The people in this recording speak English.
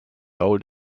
old